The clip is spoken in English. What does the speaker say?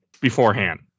beforehand